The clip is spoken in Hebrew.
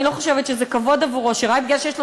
אני לא חושבת שזה כבוד עבורו שרק כי יש לו